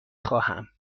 خواهم